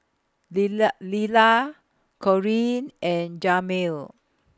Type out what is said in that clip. Lilla Lilla Corrine and Jamel